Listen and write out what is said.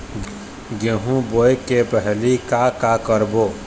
गेहूं बोए के पहेली का का करबो?